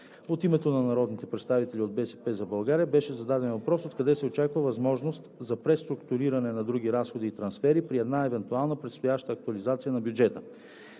От името на народните представители от „БСП за България“ беше зададен въпрос откъде се очаква възможност за преструктуриране на други разходи и трансфери при една евентуална, предстояща актуализация на бюджета.